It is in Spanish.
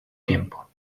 tiempo